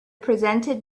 presented